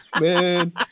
man